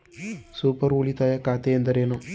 Super ಉಳಿತಾಯ ಖಾತೆ ಎಂದರೇನು?